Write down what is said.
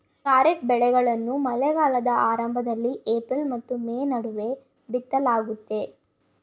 ಖಾರಿಫ್ ಬೆಳೆಗಳನ್ನು ಮಳೆಗಾಲದ ಆರಂಭದಲ್ಲಿ ಏಪ್ರಿಲ್ ಮತ್ತು ಮೇ ನಡುವೆ ಬಿತ್ತಲಾಗುತ್ತದೆ